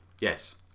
Yes